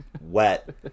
wet